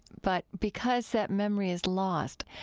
but because that memory is lost,